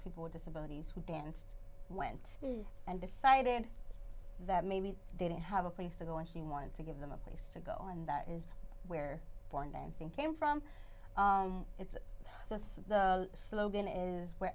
people with disabilities would be and went and decided that maybe they didn't have a place to go and she wanted to give them a place to go and that is where bornemann thing came from it's just the slogan is where